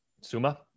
Suma